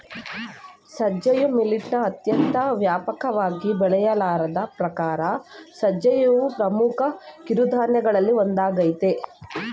ಸಜ್ಜೆಯು ಮಿಲಿಟ್ನ ಅತ್ಯಂತ ವ್ಯಾಪಕವಾಗಿ ಬೆಳೆಯಲಾದ ಪ್ರಕಾರ ಸಜ್ಜೆಯು ಪ್ರಮುಖ ಕಿರುಧಾನ್ಯಗಳಲ್ಲಿ ಒಂದಾಗಯ್ತೆ